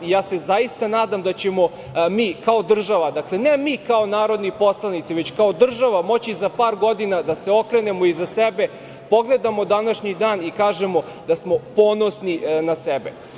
Ja se zaista nadam da ćemo mi kao država, dakle, ne kao mi narodni poslanici, već kao država, moći za par godina da se okrenemo iza sebe, pogledamo današnji dan i kažemo da smo ponosni na sebe.